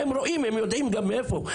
הם רואים, הם יודעים גם מאיפה.